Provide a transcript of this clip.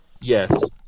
yes